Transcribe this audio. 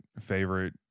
favorite